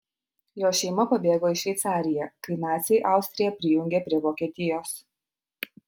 jo šeima pabėgo į šveicariją kai naciai austriją prijungė prie vokietijos